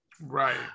Right